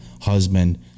husband